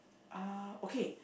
uh okay